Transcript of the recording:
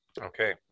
Okay